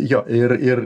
jo ir ir